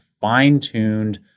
fine-tuned